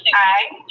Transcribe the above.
aye.